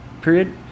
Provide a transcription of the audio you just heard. Period